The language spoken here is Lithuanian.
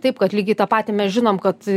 taip kad lygiai tą patį mes žinom kad